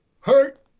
hurt